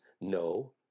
no